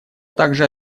также